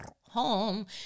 home